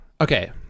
Okay